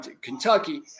Kentucky